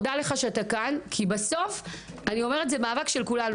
אני מודה לך שאתה כאן כי בסוף זה מאבק של כולנו.